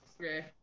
Okay